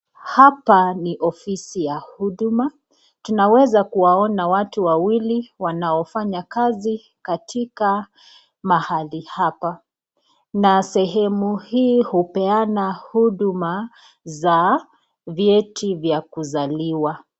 Hapa ni ofisi ya huduma. Tunaweza kuwaona watu wawili wanao fanya kazi katika mahali hapa. Na sehemu hii hupeana huduma za vyeti vya kuzaliwa.